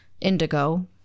Indigo